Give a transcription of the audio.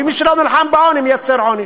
ומי שלא נלחם בעוני מייצר עוני.